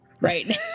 right